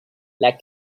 like